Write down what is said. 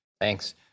thanks